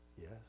yes